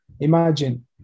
imagine